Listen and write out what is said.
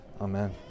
Amen